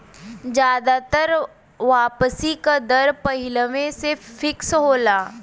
जादातर वापसी का दर पहिलवें से फिक्स होला